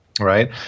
Right